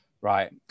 right